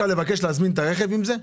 אי אפשר להזמין את הרכב עם זה?